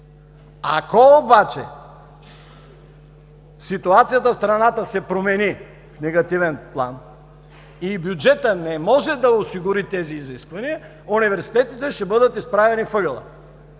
Ако обаче ситуацията в страната се промени в негативен план и бюджетът не може да осигури тези изисквания, университетите ще бъдат изправени в ъгъла